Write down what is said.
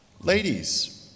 ladies